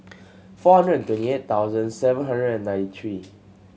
four hundred and twenty eight thousand seven hundred and ninety three